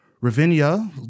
Ravinia